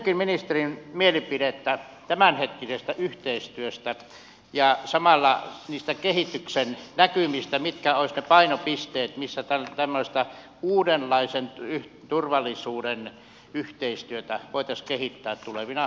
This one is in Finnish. kysynkin ministerin mielipidettä tämänhetkisestä yhteistyöstä ja samalla niistä kehityksen näkymistä mitkä olisivat ne painopisteet missä tämmöistä uudenlaisen turvallisuuden yhteistyötä voitaisiin kehittää tulevina eduskuntakausina